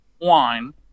wine